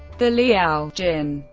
the liao, jin,